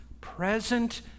present